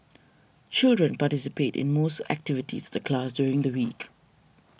children participate in most activities of the class during the week